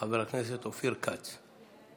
חבר הכנסת אופיר כץ.